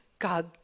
God